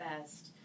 best